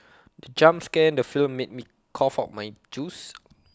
the jump scare in the film made me cough out my juice